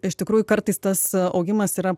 iš tikrųjų kartais tas augimas yra